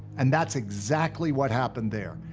and that's exactly what happened there.